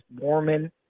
Mormon